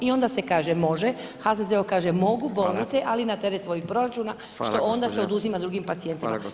I onda se kaže, može, HZZO kaže mogu bolnice ali na teret svojih proračuna što onda se oduzima drugim pacijentima.